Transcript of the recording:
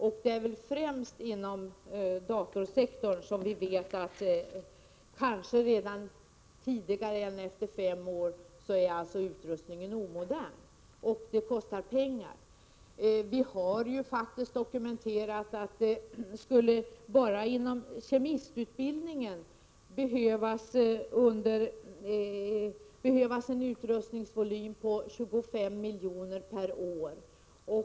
Vi vet att utrustningen främst inom datorsektorn kan bli omodern på kortare tid än fem år, och det kostar pengar. Vi har faktiskt dokumenterat att det enbart inom kemistutbildningen skulle behövas en utrustningsvolym av 25 milj.kr. per år.